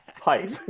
pipe